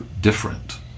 different